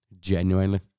Genuinely